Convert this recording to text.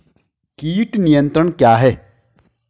कीट नियंत्रण क्या है?